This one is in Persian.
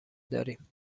داریم